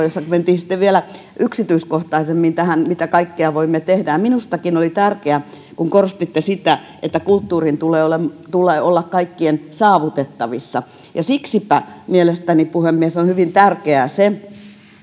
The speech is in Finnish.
jossa mentiin sitten vielä yksityiskohtaisemmin tähän mitä kaikkea voimme tehdä minustakin oli tärkeää kun korostitte sitä että kulttuurin tulee olla tulee olla kaikkien saavutettavissa siksipä mielestäni puhemies on hyvin tärkeää se